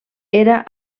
era